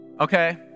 Okay